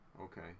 Okay